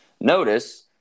Notice